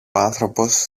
άνθρωπος